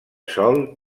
sol